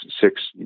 six